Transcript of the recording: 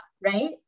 right